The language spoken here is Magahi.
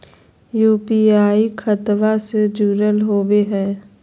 यू.पी.आई खतबा से जुरल होवे हय?